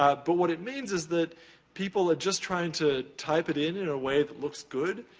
but but, what it means is that people are just trying to type it in in a way that looks good.